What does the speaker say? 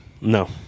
No